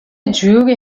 جوری